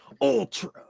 Ultra